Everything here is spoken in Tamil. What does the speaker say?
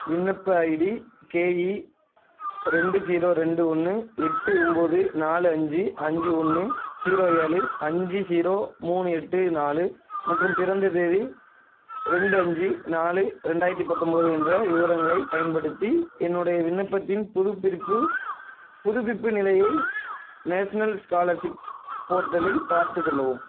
விண்ணப்ப ஐடி கேஇ ரெண்டு ஜீரோ ரெண்டு ஒன்று எட்டு ஒன்போது நாலு அஞ்சு அஞ்சு ஒன்று ஜீரோ ஏழு அஞ்சு ஜீரோ மூணு எட்டு நாலு மற்றும் பிறந்த தேதி ரெண்டு அஞ்சு நாலு ரெண்டாயிரத்தி பத்தொன்போது என்ற விவரங்களைப் பயன்படுத்தி என்னுடைய விண்ணப்பத்தின் புதுப்பிப்பு புதுப்பிப்பு நிலையை நேஷனல் ஸ்காலர்ஷிப் போர்ட்டலில் பார்த்துச் சொல்லவும்